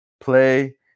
play